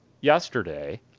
yesterday